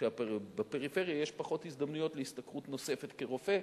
בפריפריה יש פחות הזדמנויות להשתכרות נוספת כרופא,